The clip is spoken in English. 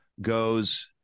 goes